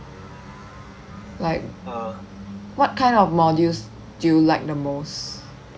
like what kind of modules do you like the most